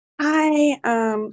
Hi